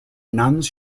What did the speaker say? nuns